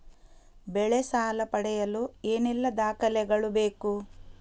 ಬೆಳೆ ಸಾಲ ಪಡೆಯಲು ಏನೆಲ್ಲಾ ದಾಖಲೆಗಳು ಬೇಕು?